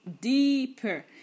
deeper